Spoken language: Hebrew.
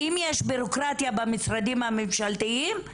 אם יש ביורוקרטיה במשרדים הממשלתיים,